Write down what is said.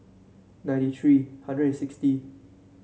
ninety three hundred and sixty